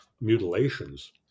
mutilations